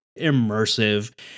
immersive